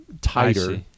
tighter